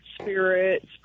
spirits